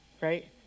right